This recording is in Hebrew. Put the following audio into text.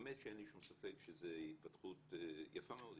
באמת שאין לי שום ספק שזו התפתחות יפה מאוד,